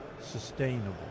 sustainable